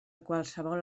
qualsevol